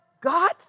God